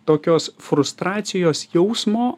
tokios frustracijos jausmo